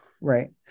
right